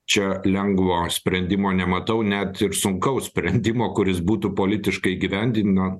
čia lengvo sprendimo nematau net ir sunkaus sprendimo kuris būtų politiškai įgyvendina